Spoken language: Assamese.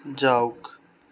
যাওক